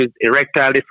erectile